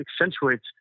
accentuates